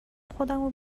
خودمو